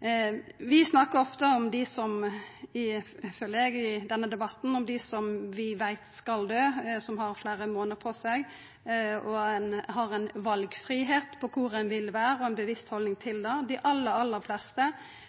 I denne debatten føler eg at vi ofte snakkar om dei som vi veit skal døy, som har fleire månader på seg og har ein valfridom på kor dei vil vera og ei bevisst haldning til det. Eg trur dei aller, aller fleste